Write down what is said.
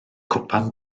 cwpan